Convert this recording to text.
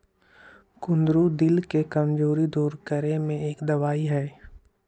कुंदरू दिल के कमजोरी दूर करे में एक दवाई हई